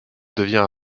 devient